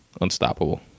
unstoppable